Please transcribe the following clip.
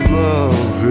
love